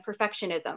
perfectionism